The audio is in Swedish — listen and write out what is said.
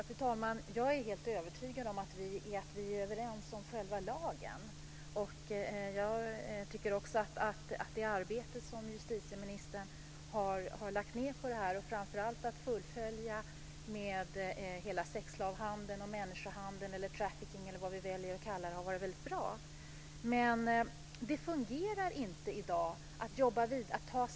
Fru talman! Jag är helt övertygad om att vi är överens om själva lagen. Jag tycker också att det arbete som justitieministern har lagt ned på detta, framför allt att följa upp sexslavhandel, människohandel, trafficking, eller vad vi nu väljer att kalla detta, har varit bra.